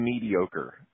mediocre